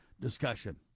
discussion